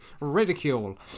ridicule